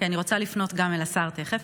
כי אני רוצה לפנות גם אל השר תכף.